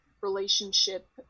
relationship